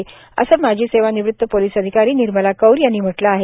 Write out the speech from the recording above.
असं प्रतिपादन माजी सेवानिवृत पोलीस अधिकारी निर्मला कौर यांनी म्हटलं आहे